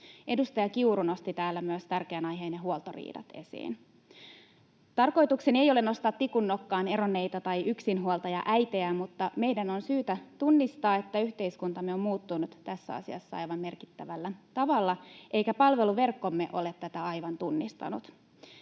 Edustaja Kiuru nosti täällä myös tärkeän aiheen ja huoltoriidat esiin. Tarkoitukseni ei ole nostaa tikun nokkaan eronneita tai yksinhuoltajaäitejä, mutta meidän on syytä tunnistaa, että yhteiskuntamme on muuttunut tässä asiassa aivan merkittävällä tavalla eikä palveluverkkomme ole tätä aivan tunnistanut.